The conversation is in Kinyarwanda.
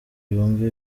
yumve